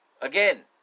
Again